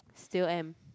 still am